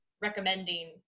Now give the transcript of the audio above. recommending